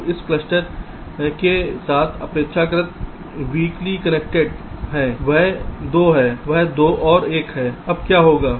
तो इस क्लस्टर के साथ अपेक्षाकृत वीकली कनेक्टेड है यह 2 और 1 है